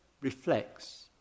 reflects